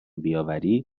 بیاوری